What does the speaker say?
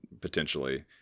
potentially